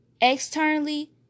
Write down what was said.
externally